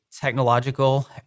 technological